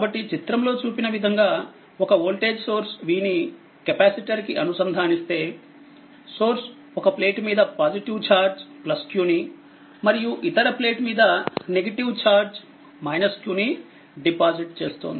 కాబట్టి చిత్రంలో చూపిన విధంగా ఒక వోల్టేజ్ సోర్స్ V ని కెపాసిటర్ కి అనుసంధానిస్తే సోర్స్ ఒక ప్లేట్ మీద పాజిటివ్ చార్జ్ q ని మరియు ఇతరప్లేట్ మీద నెగిటివ్ చార్జ్ -q డిపాజిట్ అవుతుంది